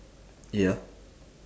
ya